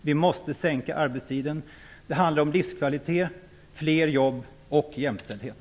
Vi måste sänka arbetstiden. Det handlar om livskvalitet, fler jobb och jämställdhet.